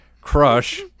Crush